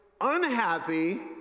unhappy